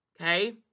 okay